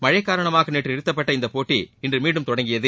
மழை காரணமாக நேற்று நிறுத்தப்பட்ட இப்போட்டி இன்று மீண்டும் தொடங்கியது